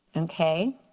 okay,